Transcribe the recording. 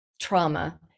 trauma